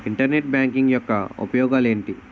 Internet banking యెక్క ఉపయోగాలు ఎంటి?